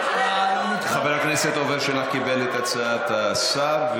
חבר הכנסת עפר שלח קיבל את הצעת השר,